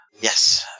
yes